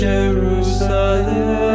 Jerusalem